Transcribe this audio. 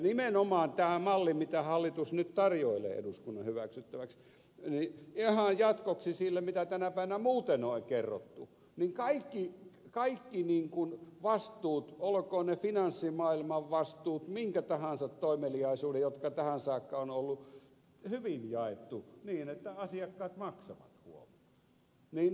nimenomaan tässä mallissa mitä hallitus nyt tarjoilee eduskunnan hyväksyttäväksi ihan jatkoksi sille mitä tänä päivänä muuten on kerrottu kaikista vastuista olkoot ne finanssimaailman vastuut minkä tahansa toimeliaisuuden jotka tähän saakka on hyvin jaettu niin että asiakkaat maksavat huom